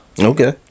okay